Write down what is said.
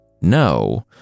No